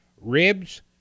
ribs